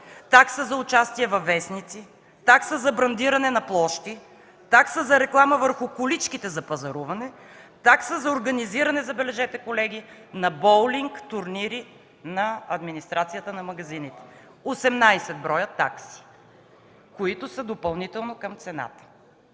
такса за участие във вестници; - такса за брандиране на площи; - такса за реклама върху количките за пазаруване; - такса за организиране – забележете, колеги – на боулинг турнири на администрацията на магазините. Осемнадесет броя такси, които са допълнително към цената.